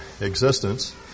existence